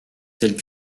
telles